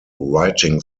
writing